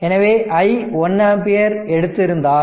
எனவே i 1 ampere எடுத்திருந்தால்